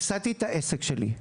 הפסדתי את העסק שלי,